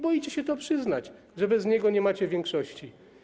Boicie się przyznać, że bez niego nie macie większości.